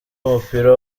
w’umupira